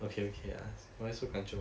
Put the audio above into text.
okay okay lah why so kanchiong